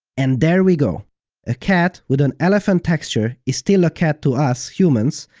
and there we go a cat with an elephant texture is still a cat to us, humans,